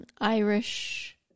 Irish